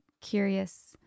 curious